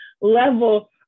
level